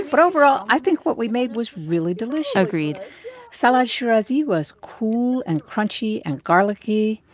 but overall, i think what we made was really delicious agreed salad shirazi was cool and crunchy and garlicy.